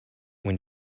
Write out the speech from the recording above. when